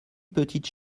petites